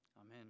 Amen